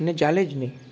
ને ચાલે જ નહીં